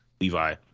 Levi